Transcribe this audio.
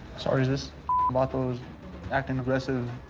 sort of this vato's acting aggressive.